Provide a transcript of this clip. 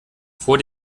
vor